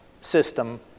system